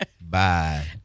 Bye